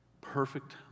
perfect